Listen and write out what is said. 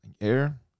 air